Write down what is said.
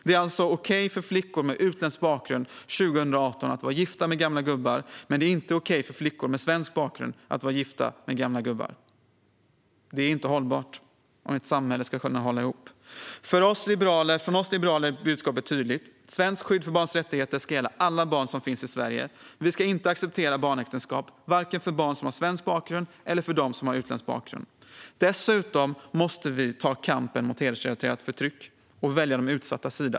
Det är alltså 2018 okej för flickor med utländsk bakgrund att vara gifta med gamla gubbar, men det är inte okej för flickor med svensk bakgrund att vara gifta med gamla gubbar. Det är inte hållbart om ett samhälle ska kunna hålla ihop. Från oss liberaler är budskapet tydligt: Svenskt skydd för barns rättigheter ska gälla alla barn som finns i Sverige. Vi ska inte acceptera barnäktenskap, vare sig för barn som har svensk bakgrund eller för barn som har utländsk bakgrund. Dessutom måste vi ta kampen mot hedersrelaterat förtryck och välja de utsattas sida.